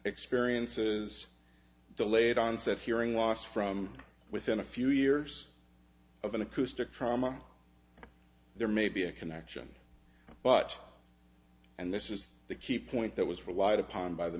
experiences delayed onset hearing loss from within a few years of an acoustic trauma there may be a connection but and this is the key point that was relied upon by the